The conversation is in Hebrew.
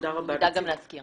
נדאג גם להזכיר